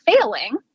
failing